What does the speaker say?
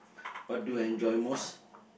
what you enjoy most